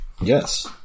Yes